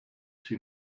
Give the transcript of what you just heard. too